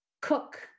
cook